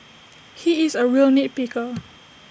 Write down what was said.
he is A real nit picker